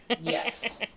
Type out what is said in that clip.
yes